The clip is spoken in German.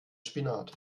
spinat